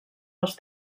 els